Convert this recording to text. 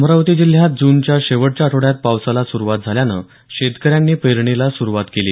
अमरावती जिल्ह्यात जूनच्या शेवटच्या आठवड्यात पावसाला सुरवात झाल्यानं शेतकऱ्यांनी पेरणीला सुरुवात केली